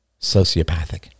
sociopathic